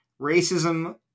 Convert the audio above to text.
racism